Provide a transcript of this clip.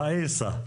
ראיסה.